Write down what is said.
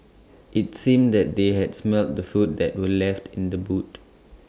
IT seemed that they had smelt the food that were left in the boot